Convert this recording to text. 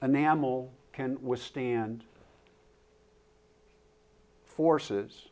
and mammal can withstand forces